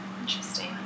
Interesting